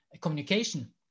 communication